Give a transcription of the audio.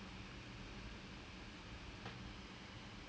I was like oh this is so uncomfortable